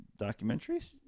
Documentaries